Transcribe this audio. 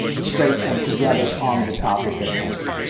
straight and together on the topic at hand.